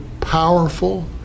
powerful